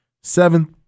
Seventh